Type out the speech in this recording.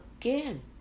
again